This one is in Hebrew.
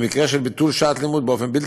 במקרה של ביטול שעת לימוד באופן בלתי